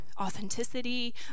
authenticity